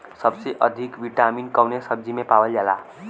सबसे अधिक विटामिन कवने सब्जी में पावल जाला?